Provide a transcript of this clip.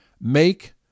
make